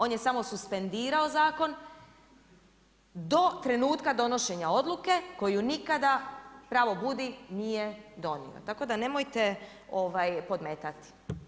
On je samo suspendirao zakon do trenutka donošenja odluke koju nikada pravo budi nije donio, tako da nemojte podmetati.